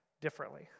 differently